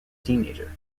teenager